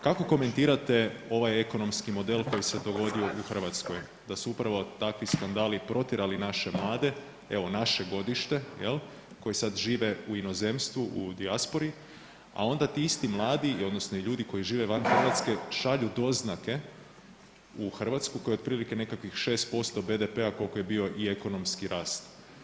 Kako komentirate ovaj ekonomski model koji se dogodio u Hrvatskoj da su upravo takvi skandali i protjerali naše mlade, evo naše godište jel, koji sad žive u inozemstvu u dijaspori, a onda ti isti mladi odnosno i ljudi koji žive van Hrvatske šalju doznake u Hrvatsku koje je otprilike nekakvih 6% BDP-a koliko je bio i ekonomski rast?